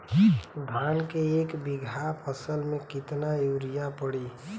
धान के एक बिघा फसल मे कितना यूरिया पड़ी?